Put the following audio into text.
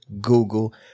Google